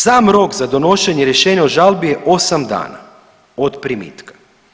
Sam rok za donošenje rješenja o žalbi je 8 dana od primitka.